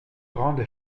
grande